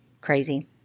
Crazy